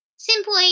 Simply